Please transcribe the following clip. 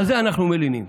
על זה אנחנו מלינים.